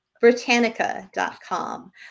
britannica.com